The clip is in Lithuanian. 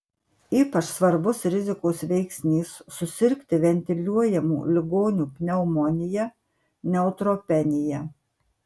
ypač svarbus rizikos veiksnys susirgti ventiliuojamų ligonių pneumonija neutropenija